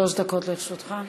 שלוש דקות לרשותך.